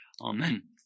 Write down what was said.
Amen